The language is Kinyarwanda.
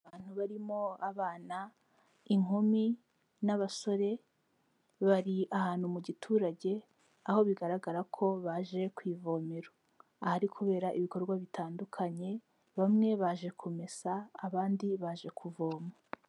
Abantu barimo abana, inkumi, n'abasore bari ahantu mu giturage, aho bigaragara ko baje ku ivomero; ahari kubera ibikorwa bitandukanye, bamwe baje kumesa abandi baje kuvoma.